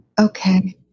Okay